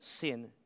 sin